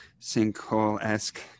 sinkhole-esque